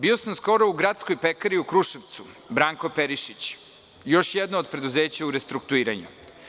Bio sam skoro u Gradskoj pekari u Kruševcu, „Branko Perišić“, još jedno od preduzeća u restrukturiranju.